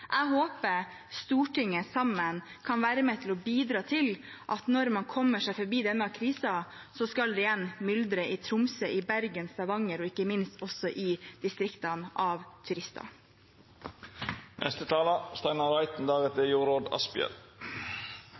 Jeg håper Stortinget sammen kan være med på å bidra til at når man kommer seg forbi denne krisen, skal det igjen myldre av turister i Tromsø, i Bergen, i Stavanger og ikke minst i distriktene.